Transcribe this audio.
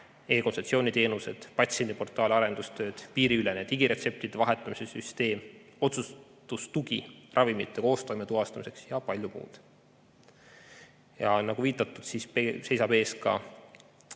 e-konsultatsiooni teenused, patsiendiportaali arendustööd, piiriülene digiretseptide vahetamise süsteem, otsustustugi ravimite koostoime tuvastamiseks ja palju muud. Nagu viidatud, seisab ees ka